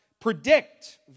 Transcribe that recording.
predict